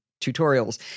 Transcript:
tutorials